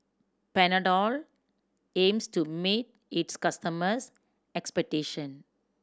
panadol aims to meet its customers' expectation